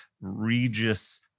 Regis